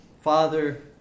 Father